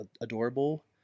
adorable